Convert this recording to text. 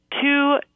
two